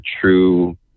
true